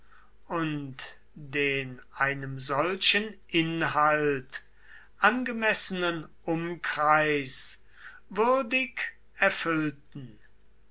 und den einem solchen inhalt angemessenen umkreis würdig erfüllten